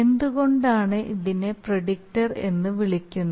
എന്തുകൊണ്ടാണ് ഇതിനെ പ്രിഡിക്റ്റർ എന്ന് വിളിക്കുന്നത്